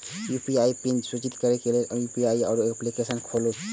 UPI PIN सृजित करै लेल अपन यू.पी.आई एप्लीकेशन खोलू